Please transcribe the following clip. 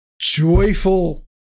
joyful